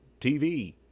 TV